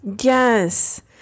Yes